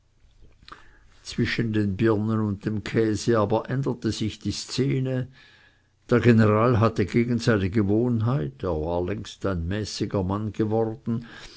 zwischen den birnen und dem käse aber änderte sich die szene der general hatte gegen seine gewohnheit er war längst ein mäßiger mann geworden einige